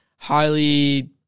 highly